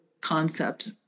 concept